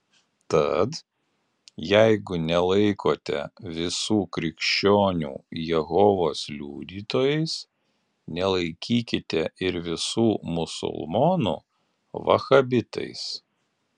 tad jeigu nelaikote visų krikščionių jehovos liudytojais nelaikykite ir visų musulmonų vahabitais